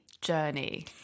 journey